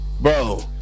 Bro